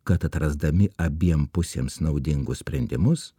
kad atrasdami abiem pusėms naudingus sprendimus